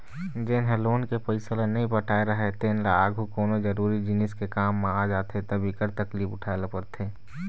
जेन ह लोन के पइसा ल नइ पटाए राहय तेन ल आघु कोनो जरुरी जिनिस के काम आ जाथे त बिकट तकलीफ उठाए ल परथे